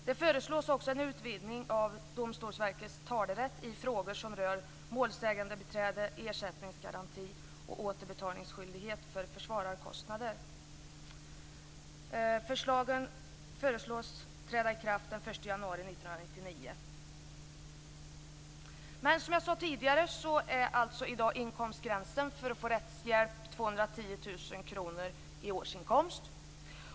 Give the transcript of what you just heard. Det föreslås också en utvidgning av Domstolsverkets talerätt i frågor som rör målsägandebiträde, ersättningsgaranti och återbetalningsskyldighet för försvararkostnader. Men som jag sade tidigare är alltså inkomstgränsen för att få rättshjälp i dag 210 000 kr i årsinkomst.